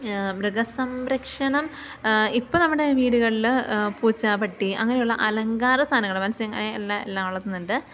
മൃഗസംരക്ഷണം ഇപ്പം നമ്മുടെ വീടുകളിൽ പൂച്ച പട്ടി അങ്ങനെയുള്ള അലങ്കാര സാധനങ്ങൾ മൽസ്യ നെ എല്ലാം എല്ലാം വളർത്തുന്നുണ്ട്